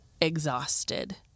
exhausted